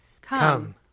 Come